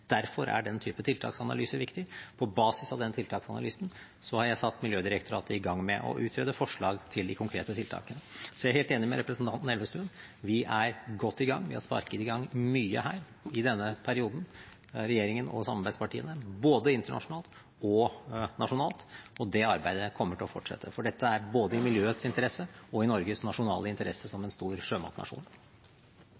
Derfor er den typen tiltaksanalyse viktig. På basis av den tiltaksanalysen har jeg satt Miljødirektoratet i gang med å utrede forslag til de konkrete tiltakene. Så jeg er helt enig med representanten Elvestuen: Vi er godt i gang. Vi, regjeringen og samarbeidspartiene, har sparket i gang mye her i denne perioden, både internasjonalt og nasjonalt. Og det arbeidet kommer til å fortsette, for dette er både i miljøets interesse og i Norges nasjonale interesse, som